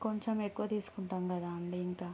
కొంచెం ఎక్కువ తీసుకుంటాము కదా అండీ ఇంకా